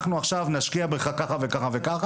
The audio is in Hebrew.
אנחנו עכשיו נשקיע בך ככה וככה,